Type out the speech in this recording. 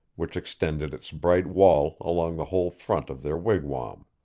which extended its bright wall along the whole front of their wigwam.